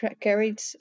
carried